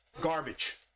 Garbage